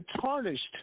tarnished